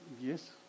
yes